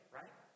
right